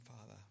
Father